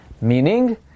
Meaning